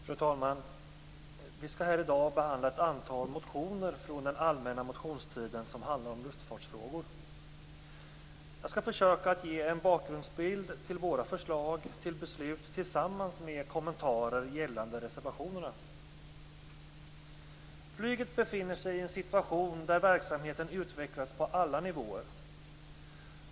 Fru talman! Vi skall här i dag behandla ett antal motioner från den allmänna motionstiden som handlar om luftfartsfrågor. Jag skall försöka ge en bakgrundsbild till våra förslag till beslut tillsammans med kommentarer gällande reservationerna. Flyget befinner sig i en situation där verksamheten utvecklas på alla nivåer.